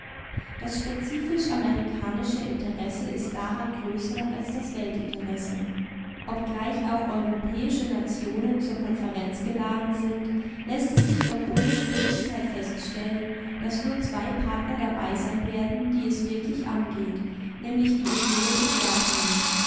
das spezifisch amerikanische interesse ist daran größer als das weltinteresse obgleich auch europäische nationen zur konferenz geladen sind läßt es sich doch ohne schwierigkeit feststellen daß nur zwei partner dabei sein werden die es wirklich angeht nämlich die union und japan